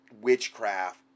witchcraft